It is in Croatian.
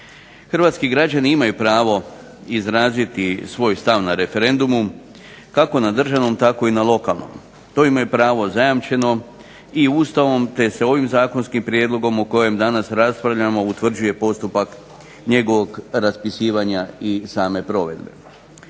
Hrvatski građani imaju pravo izraziti svoj stav na referendumu kako na državnom tako i na lokalnom. To im je pravo zajamčeno i Ustavom te se ovim zakonskim prijedlogom o kojem danas raspravljamo utvrđuje postupak njegovog raspisivanja i same provedbe.